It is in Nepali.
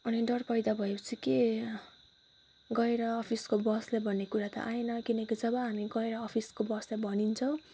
अनि डर पैदा भएपछि के गएर अफिसको बोसलाई भन्ने कुरा त आएन किनकि जब हामी गएर अफिसको बोसलाई भनिन्छ